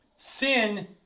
Sin